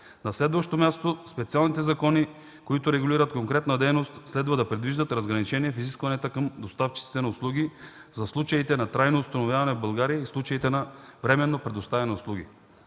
На следващо място, специалните закони, които регулират конкретна дейност, следва да предвиждат разграничение в изискванията към доставчиците на услуги за случаите на трайно установяване в България и случаите на временно предоставяне на услуги.